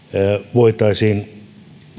voitaisiin